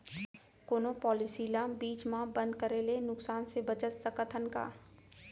कोनो पॉलिसी ला बीच मा बंद करे ले नुकसान से बचत सकत हन का?